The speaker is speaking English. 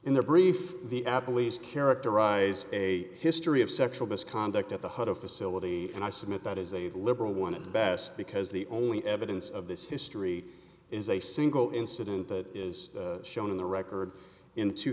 in the brief the apple lease characterize a history of sexual misconduct at the heart of facility and i submit that is a liberal one of the best because the only evidence of this history is a single incident that is shown in the record in two